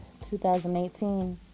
2018